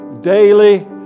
daily